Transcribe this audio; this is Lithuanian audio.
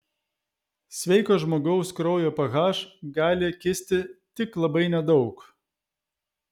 sveiko žmogaus kraujo ph gali kisti tik labai nedaug